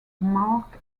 mark